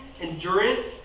endurance